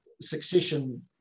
succession